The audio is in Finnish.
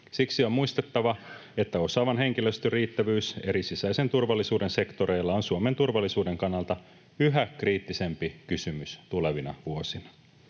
Siksi on muistettava, että osaavan henkilöstön riittävyys eri sisäisen turvallisuuden sektoreilla on Suomen turvallisuuden kannalta yhä kriittisempi kysymys tulevina vuosina.